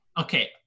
okay